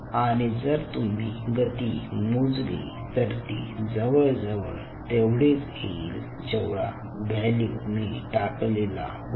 आणि जर तुम्ही गती मोजली तर ती जवळजवळ तेवढेच येईल जेवढा व्हॅल्यू मी टाकलेला होता